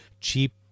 cheap